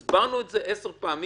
לא נפתח את זה עוד הפעם.